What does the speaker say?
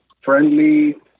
friendly